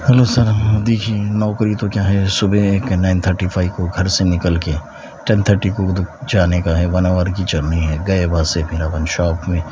hello sir دیکھیے نوکری تو کیا ہے صبح ایک نائن تھرٹی فائیو کو گھر سے نکل کے ٹین تھرٹی کو ادھر جانے کا ہے ون آور کی جرنی ہے گئے وہاں سے پھر اپن شاپ میں